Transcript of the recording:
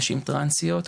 נשים טרנסיות,